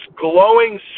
glowing